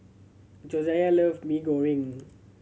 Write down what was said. Josiah love Mee Goreng